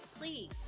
Please